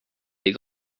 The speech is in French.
des